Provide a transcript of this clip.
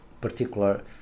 particular